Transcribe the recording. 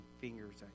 fingers